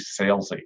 salesy